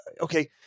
okay